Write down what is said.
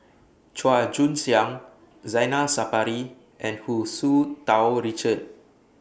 Chua Joon Siang Zainal Sapari and Hu Tsu Tau Richard